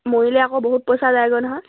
মৰিলে আকৌ বহুত পইচা যায়গৈ নহয়